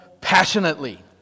passionately